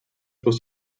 was